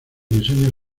diseño